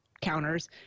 counters